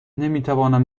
نمیتوانم